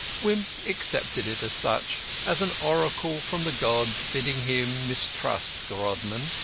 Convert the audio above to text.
wimp accepted it as such as an oracle from the gods bidding him mistrust grodman.